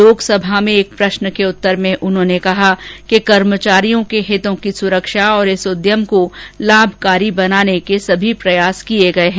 लोकसभा में एक प्रश्न के उत्तर में उन्होंने कहा कि कर्मचारियों के हितों की सुरक्षा और इस उद्यम को लाभकारी बनाने के सभी प्रयास किये गए हैं